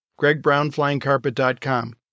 gregbrownflyingcarpet.com